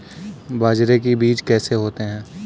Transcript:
बाजरे के बीज कैसे होते हैं?